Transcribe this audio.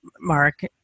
Mark